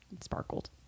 sparkled